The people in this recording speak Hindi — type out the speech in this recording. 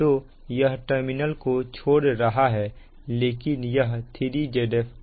तो यह टर्मिनल को छोड़ रहा है लेकिन यह 3 Zf Ia0 होगा